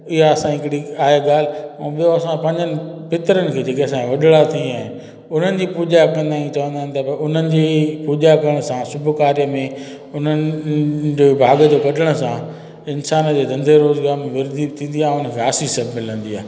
इहा असांजी हिकिड़ी आहे ॻाल्हि ऐं ॿियो असां पंहिंजनि पित्रनि खे जेके असांजे वॾड़ा थी विया आहिनि उन्हनि जी पूॼा कंदा आहियूं चवंदा आहिनि त भई उन्हनि जी पूॼा करण सां शुभ कार्य में उन्हनि जो भाॻ जे कढण सां इन्सान जे धंधे रोज़गार में वृद्धि थींदी आहे हुनखे आसीस बि मिलंदी आहे